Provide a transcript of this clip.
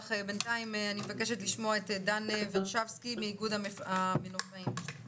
בינתיים נשמע את דן ורשבסקי מאיגוד המנופאים.